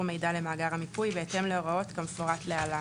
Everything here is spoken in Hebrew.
מידע למאגר המיפוי בהתאם להוראות כמפורט להלן: